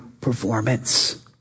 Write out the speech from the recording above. performance